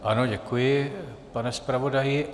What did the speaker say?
Ano, děkuji, pane zpravodaji.